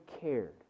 cared